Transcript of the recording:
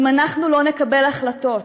אם אנחנו לא נקבל החלטות.